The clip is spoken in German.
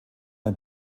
ein